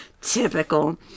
Typical